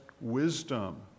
wisdom